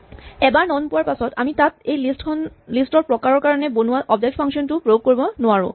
গতিকে এবাৰ নন পোৱাৰ পাছত আমি তাত এই লিষ্ট ৰ প্ৰকাৰৰ কাৰণে বনোৱা অবজেক্ট ফাংচন টো প্ৰয়োগ কৰিব নোৱাৰোঁ